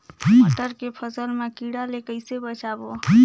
मटर के फसल मा कीड़ा ले कइसे बचाबो?